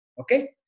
Okay